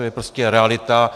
To je prostě realita.